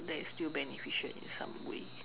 that is still beneficial in some way